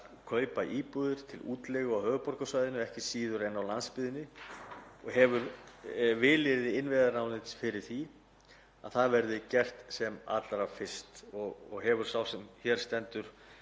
að kaupa íbúðir til útleigu á höfuðborgarsvæðinu ekki síður en á landsbyggðinni og hefur vilyrði innviðaráðuneytisins fyrir því að það verði gert sem allra fyrst. Og hefur sá sem hér stendur